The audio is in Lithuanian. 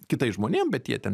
kitais žmonėm bet jie ten